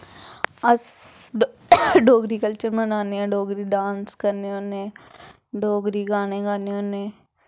अस डोगरी कल्चर मनान्ने होन्ने आं डोगरी डांस करने होन्ने डोगरी गाने गान्ने होन्ने